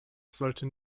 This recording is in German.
sollte